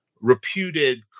reputed